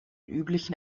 üblichen